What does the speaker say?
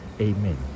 Amen